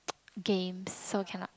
games so cannot